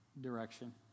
direction